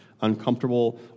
uncomfortable